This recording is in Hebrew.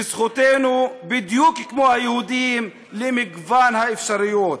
וזכותנו, בדיוק כמו היהודים, למגוון האפשרויות.